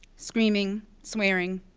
screaming, swearing,